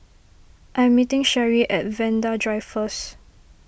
I'm meeting Cherrie at Vanda Drive first